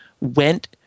went